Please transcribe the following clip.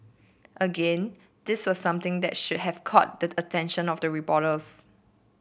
again this was something that should have caught the attention of the reporters